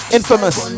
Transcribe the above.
infamous